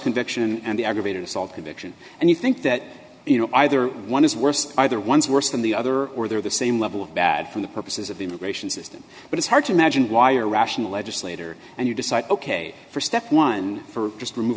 conviction and the aggravated assault conviction and you think that you know either one is worse either one is worse than the other or they're the same level of bad for the purposes of the immigration system but it's hard to imagine why are rational legislator and you decide ok for step one for just remove